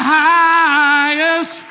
highest